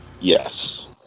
Yes